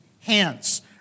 hands